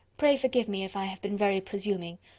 pray forgive me if i have been very presuming,